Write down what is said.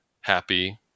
happy